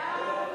(תיקון מס'